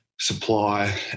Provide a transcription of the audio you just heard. supply